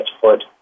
foot